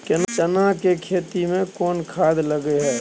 चना के खेती में कोन खाद लगे हैं?